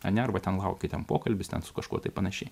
a ne arba ten laukia ten pokalbis su kažkuo tai panašiai